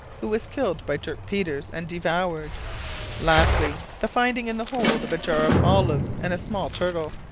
who was killed by dirk peters and devoured lastly, the finding in the hold of a jar of olives and a small turtle.